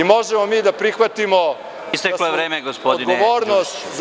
Možemo mi da prihvatimo odgovornost…